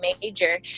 major